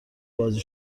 بازی